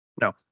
No